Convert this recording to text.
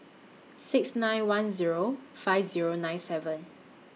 six nine one Zero five Zero nine seven